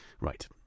right